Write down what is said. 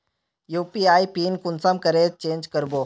UPI PIN कुंसम करे change करबो?